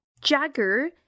Jagger